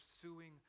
pursuing